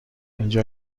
اینجا